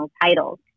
titles